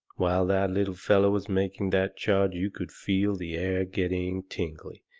while that little feller was making that charge you could feel the air getting tingly,